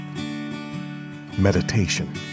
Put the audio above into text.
Meditation